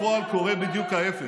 הוא גנב אותו.